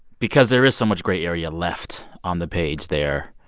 because there is so much gray area left on the page there.